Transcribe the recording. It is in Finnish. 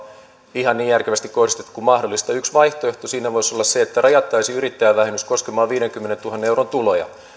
ihan niin järkevästi kohdistettu kuin mahdollista yksi vaihtoehto siinä voisi olla se että rajattaisiin yrittäjävähennys koskemaan viidenkymmenentuhannen euron tuloja